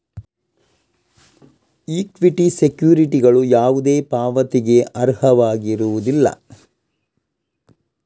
equity ಸೆಕ್ಯುರಿಟಿಗಳು ಯಾವುದೇ ಪಾವತಿಗೆ ಅರ್ಹವಾಗಿರುವುದಿಲ್ಲ